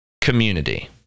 community